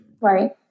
Right